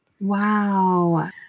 Wow